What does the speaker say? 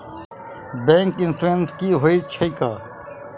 Bank insurance की होइत छैक?